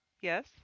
Yes